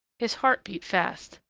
his heart beat fast.